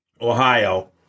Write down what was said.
Ohio